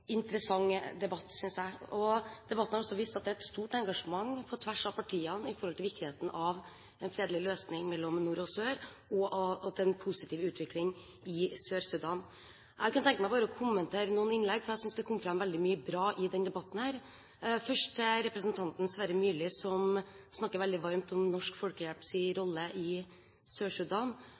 interessant debatt. Debatten har vist at det er et stort engasjement på tvers av partiene for viktigheten av en fredelig løsning mellom nord og sør og av en positiv utvikling i Sør-Sudan. Jeg kan tenke meg å kommentere noen innlegg, for jeg synes at det kom fram veldig mye bra i denne debatten. Først til representanten Sverre Myrli, som snakket veldig varmt om Norsk Folkehjelps rolle i